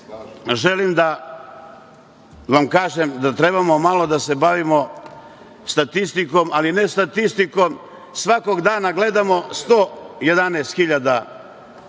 da vam kažem da trebamo malo da se bavimo statistikom, ali ne statistikom, svakog dana gledamo 111.000 građana